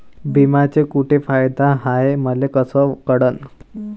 बिम्याचे कुंते फायदे हाय मले कस कळन?